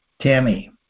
Tammy